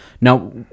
Now